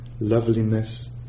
loveliness